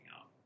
out